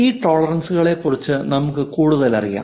ഈ ടോളറൻസ്കളെക്കുറിച്ച് നമുക്ക് കൂടുതലറിയാം